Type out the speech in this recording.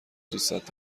دوستت